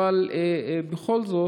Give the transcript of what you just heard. אבל בכל זאת,